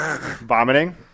Vomiting